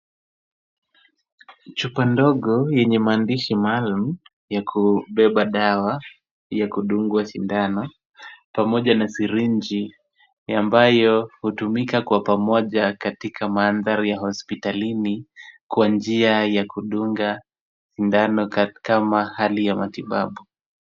Chupa ndogo yenye maandishi maalum ya kubeba dawa ya kudungwa sindano pamoja na sirinji ambayo hutumika kwa pamoja katika maadhari ya hosipitalini, kwa njia ya kudunga sindano kama hali ya matibabu.